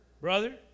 Brother